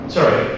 Sorry